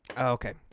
Okay